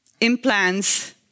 implants